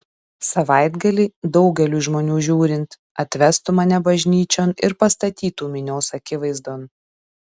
savaitgalį daugeliui žmonių žiūrint atvestų mane bažnyčion ir pastatytų minios akivaizdon